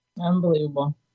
Unbelievable